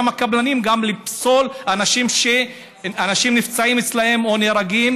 הקבלנים גם לפסול אנשים שאנשים נפצעים אצלם או נהרגים,